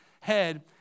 head